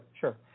sure